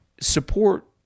support